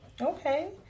Okay